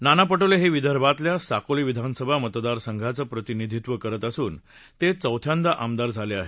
नाना पटोले हे विदर्भातल्या साकोली विधानसभा मतदारसघाच प्रतिनिधीत्व करत असून ते चौथ्यादा आमदार झाले आहेत